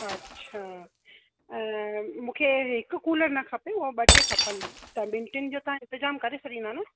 अच्छा ऐं मूंखे हिकु कूलर न खपे उहे ॿ टे खपनि त ॿिनि टिनि जो तव्हां इंतजाम करे छॾींदो न